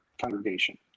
congregation